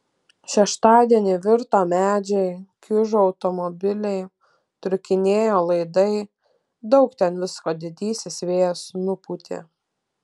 šeštadienį virto medžiai kiužo automobiliai trūkinėjo laidai daug ten visko didysis vėjas nupūtė